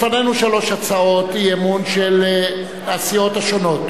לפנינו שלוש הצעות אי-אמון של הסיעות השונות.